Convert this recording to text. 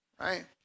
right